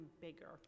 bigger